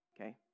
okay